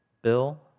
Bill